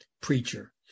preacher